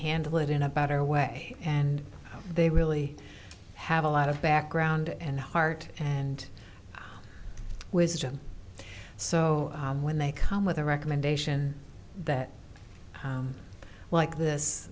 handle it in a better way and they really have a lot of background and heart and wisdom so when they come with a recommendation that like this